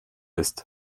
ist